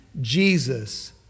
Jesus